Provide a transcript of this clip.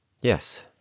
Yes